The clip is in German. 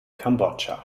kambodscha